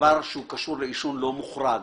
דבר שקשור לעישון, לא מוחרג.